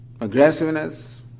aggressiveness